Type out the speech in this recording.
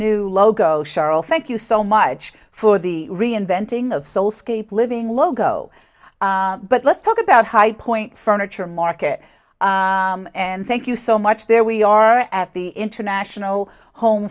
new logo cheryl thank you so much for the reinventing of soul scape living logo but let's talk about high point furniture market and thank you so much there we are at the international home